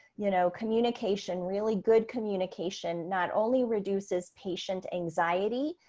you know, communication really good communication, not only reduces patient anxiety,